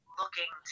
looking